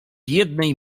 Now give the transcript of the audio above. jednej